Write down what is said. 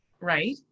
right